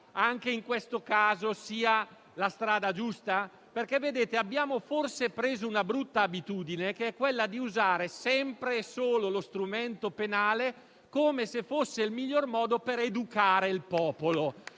anche in questo caso sia la strada giusta? Vedete, abbiamo forse preso una brutta abitudine, che è quella di usare sempre e solo lo strumento penale come se fosse il miglior modo per educare il popolo.